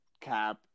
Cap